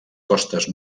costes